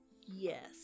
yes